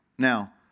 Now